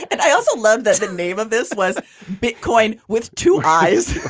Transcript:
and i also love that the name of this was bitcoin with two eyes.